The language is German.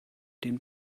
den